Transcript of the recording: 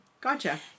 Gotcha